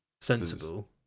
Sensible